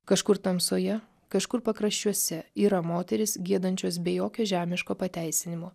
kažkur tamsoje kažkur pakraščiuose yra moterys giedančios be jokio žemiško pateisinimo